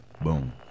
boom